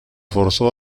forzó